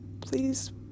Please